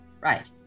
Right